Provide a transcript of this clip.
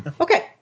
Okay